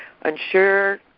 unsure